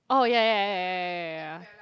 oh yeah yeah yeah yeah yeah yeah yeah yeah